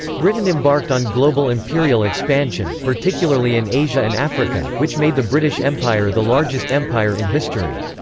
britain embarked on global imperial expansion, particularly in asia and africa, which made the british empire the largest empire in history.